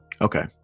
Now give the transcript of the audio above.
Okay